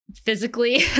physically